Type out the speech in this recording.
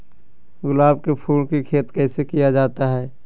गुलाब के फूल की खेत कैसे किया जाता है?